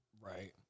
right